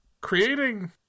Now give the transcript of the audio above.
creating